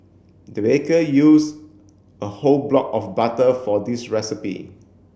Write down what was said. the baker use a whole block of butter for this recipe